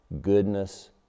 goodness